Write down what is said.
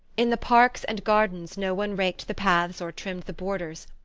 in the parks and gardens no one raked the paths or trimmed the borders.